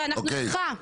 אנחנו איתך,